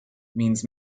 means